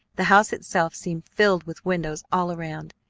the house itself seemed filled with windows all around.